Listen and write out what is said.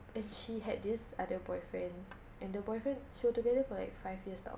and she had this other boyfriend and the boyfriend she was together for like five years tahu